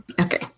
Okay